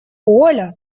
оля